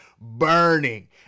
burning